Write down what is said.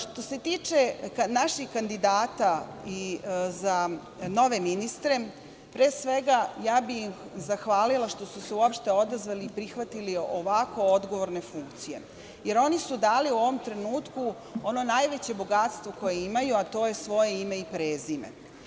Što se tiče naših kandidata za nove ministre, pre svega bih zahvalila što su se uopšte odazvali i prihvatili ovako odgovorne funkcije, jer oni su dali u ovom trenutku ono najveće bogatstvo koje imaju, a to je svoje ime i prezime.